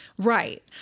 Right